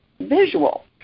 visual